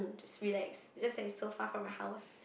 just relax just that it's so far from your house